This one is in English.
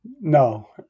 No